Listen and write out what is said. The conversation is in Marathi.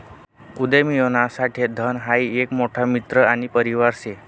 उदयमियोना साठे धन हाई एक मोठा मित्र आणि परिवार शे